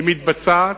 היא מתבצעת,